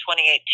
2018